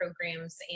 programs